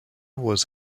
was